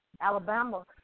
Alabama